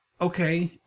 Okay